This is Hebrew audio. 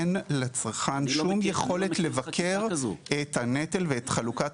אין לצרכן שום יכולת לבקר את הנטל ואת חלוקת